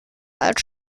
als